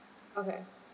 okay